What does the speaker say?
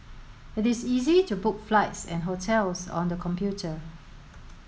it is easy to book flights and hotels on the computer